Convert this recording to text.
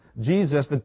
Jesus